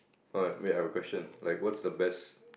what wait I have a question like what's the best